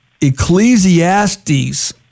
Ecclesiastes